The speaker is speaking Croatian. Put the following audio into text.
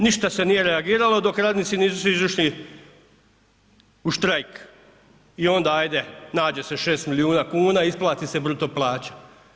Ništa se nije reagirali dok radnici nisu izašli u štrajk i onda ajde nađe se 6 milijuna kuna, isplati se bruto plaća.